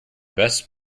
best